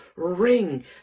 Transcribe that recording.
Ring